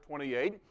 28